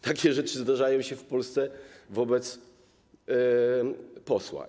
Takie rzeczy zdarzają się w Polsce wobec posła.